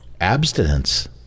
Abstinence